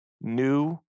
new